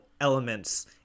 elements